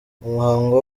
umuhango